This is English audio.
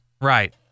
Right